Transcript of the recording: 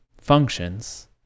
functions